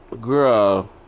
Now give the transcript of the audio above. girl